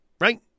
Right